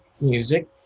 music